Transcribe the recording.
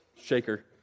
shaker